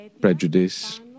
prejudice